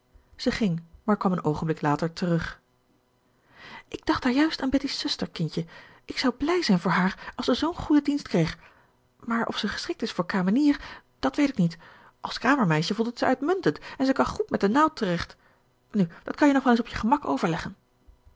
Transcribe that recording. zij ging maar kwam een oogenblik later terug ik dacht daarjuist aan betty's zuster kindje ik zou blij zijn voor haar als ze zoo'n goeden dienst kreeg maar of ze geschikt is voor kamenier dat weet ik niet als kamermeisje voldoet ze uitmuntend en ze kan goed met de naald terecht nu dat kan je nog wel eens op je gemak overleggen